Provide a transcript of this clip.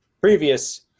previous